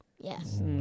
Yes